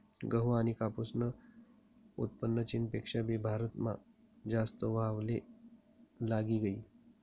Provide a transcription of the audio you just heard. गहू आनी कापूसनं उत्पन्न चीनपेक्षा भी भारतमा जास्त व्हवाले लागी गयी